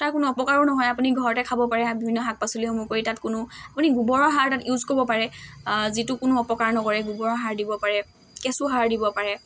তাৰ কোনো অপকাৰো নহয় আপুনি ঘৰতে খাব পাৰে শাক বিভিন্ন শাক পাচলিসমূহ কৰি তাত কোনো আপুনি গোবৰৰ সাৰ তাত ইউজ কৰিব পাৰে যিটো কোনো অপকাৰ নকৰে গোবৰৰ সাৰ দিব পাৰে কেঁচু সাৰ দিব পাৰে